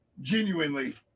genuinely